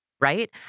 right